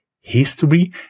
history